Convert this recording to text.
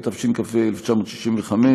התשכ"ה 1965,